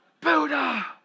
Buddha